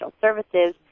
services